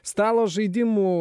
stalo žaidimų